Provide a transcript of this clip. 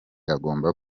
agomba